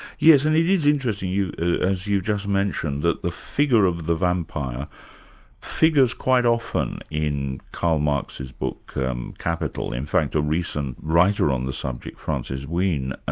yes, and it is interesting, as you've just mentioned, that the figure of the vampire figures quite often in karl marx's book um kapital, in fact a recent writer on the subject, francis wheen,